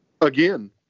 Again